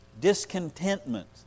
discontentment